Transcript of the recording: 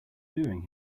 doing